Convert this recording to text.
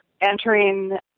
entering